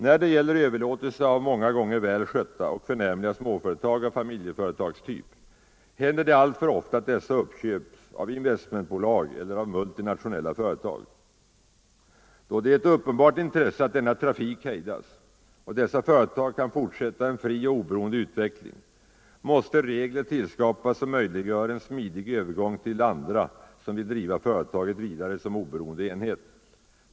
När det gäller överlåtelse av många gånger väl skötta och förnämliga småföretag av familjeföretagstyp händer det alltför ofta att dessa uppköps av investmentbolag eller av multinationella företag. Då det är ett uppenbart intresse att denna trafik hejdas och dessa företag kan fortsätta med en fri och oberoende utveckling måste regler tillskapas som möjliggör en smidig övergång till andra som vill driva företaget vidare som en oberoende enhet.